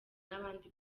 n’abandi